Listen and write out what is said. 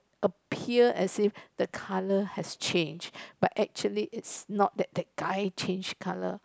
appear as if the colour has changed but actually is not that that guy change colour